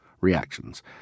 reactions